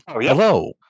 Hello